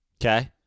Okay